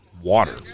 Water